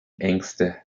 ängste